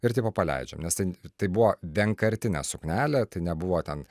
ir ti po paleidžiam nes tai tai buvo vienkartinė suknelė tai nebuvo ten